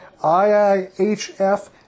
IIHF